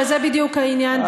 הרי זה בדיוק העניין,